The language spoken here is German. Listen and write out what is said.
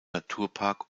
naturpark